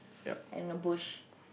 and a bush